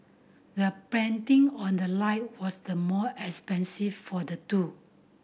the painting on the light was the more expensive for the two